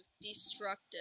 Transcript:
Destructive